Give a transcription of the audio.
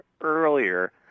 earlier